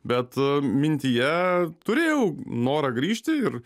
bet mintyje turėjau norą grįžti ir